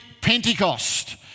Pentecost